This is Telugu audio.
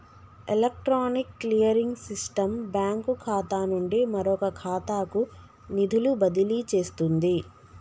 ఎలక్ట్రానిక్ క్లియరింగ్ సిస్టం బ్యాంకు ఖాతా నుండి మరొక ఖాతాకు నిధులు బదిలీ చేస్తుంది